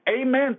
Amen